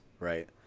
right